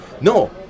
no